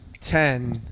ten